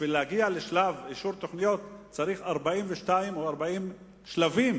ואמר כי בשביל להגיע לשלב אישור תוכניות צריך 40 או 42 שלבים.